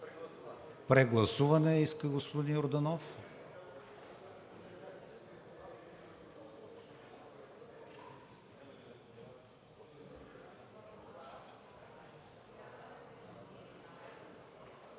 Прегласуване иска господин Йорданов.